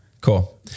Cool